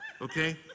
okay